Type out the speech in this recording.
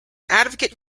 advocate